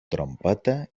trompeta